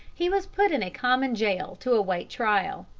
he was put in a common jail to await trial.